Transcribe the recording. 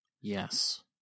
Yes